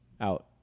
out